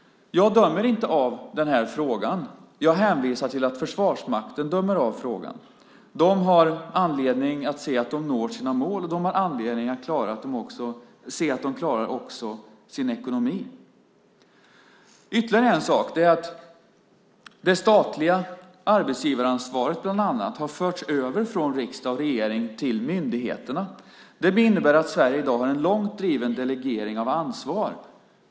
Jag dömer inte i den här frågan. Jag hänvisar till att Försvarsmakten dömer i frågan. De har anledning att se till att de når sina mål, och de har anledning att se till att de också klarar sin ekonomi. Dessutom har bland annat det statliga arbetsgivaransvaret förts över från riksdag och regering till myndigheterna. Det innebär att Sverige i dag har en långt driven delegering av ansvar.